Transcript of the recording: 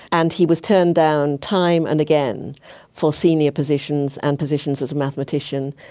and he was turned down time and again for senior positions and positions as a mathematician.